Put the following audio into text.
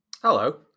Hello